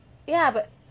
ya but